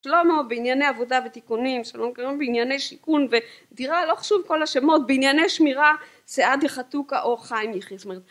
שלום בענייני עבודה ותיקונים, שלום בענייני שיכון ודירה לא חשוב כל השמות בענייני שמירה סעדיה חתוכה אור חיים יחזמר